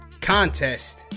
contest